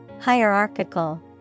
Hierarchical